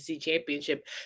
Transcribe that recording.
championship